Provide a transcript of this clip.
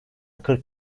kırk